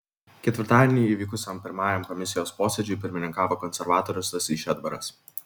ketvirtadienį įvykusiam pirmajam komisijos posėdžiui pirmininkavo konservatorius stasys šedbaras